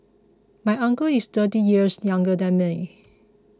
my uncle is thirty years younger than